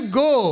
go